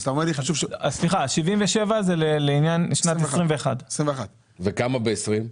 סליחה, 77 זה לעניין שנת 21'. וכמה ב-2020?